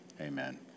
Amen